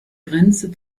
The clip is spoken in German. grenze